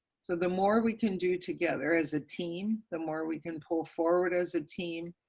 so the more we can do together as a team, the more we can pull forward as a team,